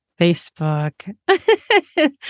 Facebook